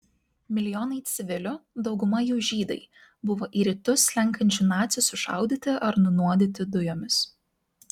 milijonai civilių dauguma jų žydai buvo į rytus slenkančių nacių sušaudyti ar nunuodyti dujomis